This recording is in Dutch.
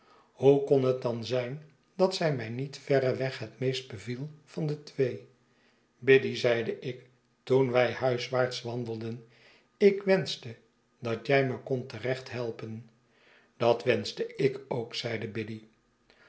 hoe kon het dan zijn dat zij mij niet verreweg het beste beviel van de twee biddy zeide ik toen wij huiswaarts wandelden ik wenschte dat jij me kondtterecht helpen u dat wenschte ik ook zeide biddy